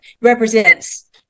represents